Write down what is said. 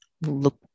Look